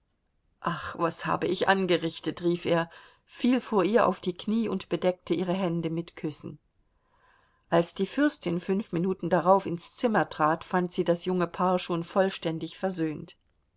ach was habe ich angerichtet rief er fiel vor ihr auf die knie und bedeckte ihre hände mit küssen als die fürstin fünf minuten darauf ins zimmer trat fand sie das junge paar schon vollständig versöhnt